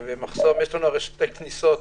הרי יש לנו שתי כניסות,